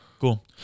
cool